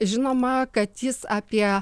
žinoma kad jis apie